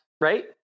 right